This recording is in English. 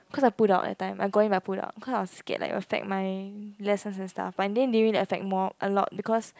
cause I pulled out that time I got in but I pulled out cause I was scared like it will affect my lessons and stuff but in the end didn't really affect more a lot because